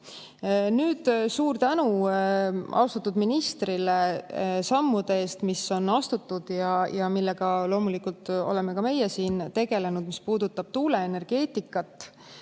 tänu austatud ministrile sammude eest, mis on astutud ja millega loomulikult oleme ka meie siin tegelenud, mis puudutab tuuleenergeetikat.